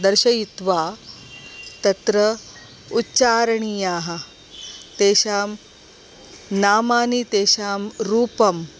दर्शयित्वा तत्र उच्चारणीयाः तेषां नामानि तेषां रूपं